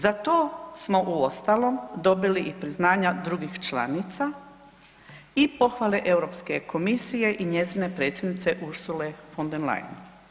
Za to smo uostalom dobili i priznanja drugih članica i pohvale Europske komisije i njezine predsjednice Ursule von der Leyen.